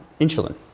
insulin